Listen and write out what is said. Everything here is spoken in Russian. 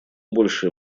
большее